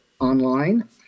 online